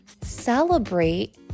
celebrate